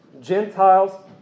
Gentiles